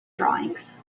drawings